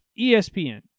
ESPN